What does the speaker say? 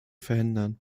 verhindern